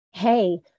Hey